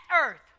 earth